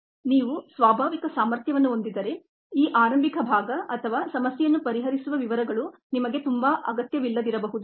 ನೀವು ಸ್ವಾಭಾವಿಕ ಸಾಮರ್ಥ್ಯವನ್ನು ಹೊಂದಿದ್ದರೆ ಈ ಆರಂಭಿಕ ಭಾಗ ಅಥವಾ ಸಮಸ್ಯೆಯನ್ನು ಪರಿಹರಿಸುವ ವಿವರಗಳು ನಿಮಗೆ ತುಂಬಾ ಅಗತ್ಯವಿಲ್ಲದಿರಬಹುದು